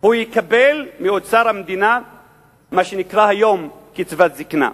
הוא יקבל מאוצר המדינה מה שנקרא היום קצבת זיקנה.